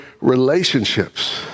relationships